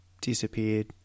Disappeared